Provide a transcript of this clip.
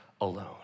alone